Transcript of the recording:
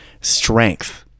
strength